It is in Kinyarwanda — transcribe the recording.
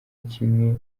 kimwe